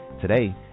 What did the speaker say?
today